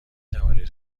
توانید